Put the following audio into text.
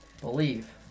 Believe